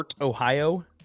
Ohio